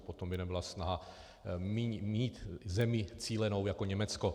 Potom by nebyla snaha mít zemi cílenou jako Německo.